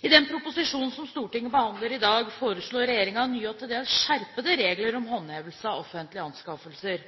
I den proposisjonen som Stortinget behandler i dag, foreslår regjeringen nye og til dels skjerpede regler om håndhevelse av offentlige anskaffelser.